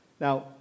Now